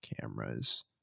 cameras